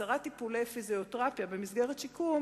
עשרה טיפולי פיזיותרפיה במסגרת שיקום,